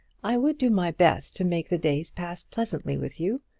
i would do my best to make the days pass pleasantly with you.